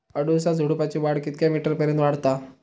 अडुळसा झुडूपाची वाढ कितक्या मीटर पर्यंत वाढता?